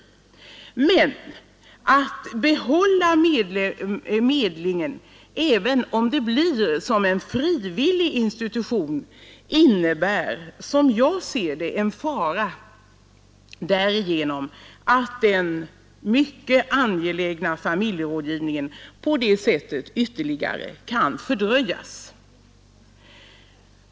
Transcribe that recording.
Men att behålla medlingen, även om det blir som en frivillig institution, innebär som jag ser det, en fara därigenom att den mycket angelägna familjerådgivningen på det sättet ytterligare kan fördröjas.